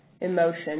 emotion